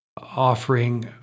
Offering